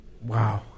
wow